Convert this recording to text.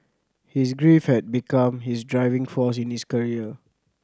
his grief had become his driving force in his career